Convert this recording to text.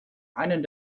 einen